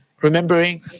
remembering